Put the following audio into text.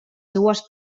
seues